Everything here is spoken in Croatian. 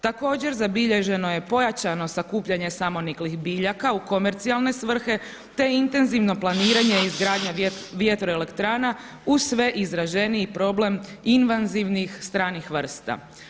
Također zabilježeno je pojačano sakupljanje samoniklih biljaka u komercijalne svrhe te intenzivno planiranje i izgradnja vjetroelektrana uz sve izraženiji problem invazivnih stranih vrsta.